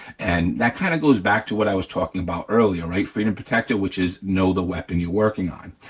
and that kinda goes back to what i was talking about earlier, right, freedom protector, which is know the weapon you're working on,